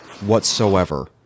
whatsoever